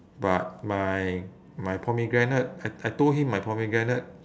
but my my pomegranate I I told him my pomegranate